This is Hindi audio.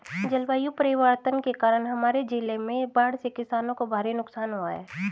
जलवायु परिवर्तन के कारण हमारे जिले में बाढ़ से किसानों को भारी नुकसान हुआ है